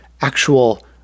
actual